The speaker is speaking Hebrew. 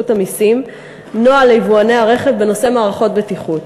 המסים נוהל ליבואני הרכב בנושא מערכות בטיחות.